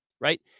right